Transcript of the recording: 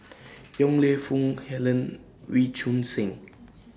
Yong Lew Foong Helen Wee Choon Seng